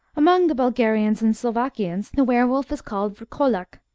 among the bulgarians and slovakians the were-wolf is called vrkolak,